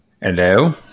Hello